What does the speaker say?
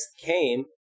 came